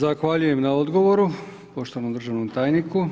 Zahvaljujem na odgovoru poštovanom državnom tajniku.